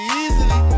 easily